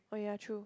oh yeah true